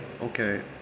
okay